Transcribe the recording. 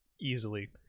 easily